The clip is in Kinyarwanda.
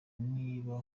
niba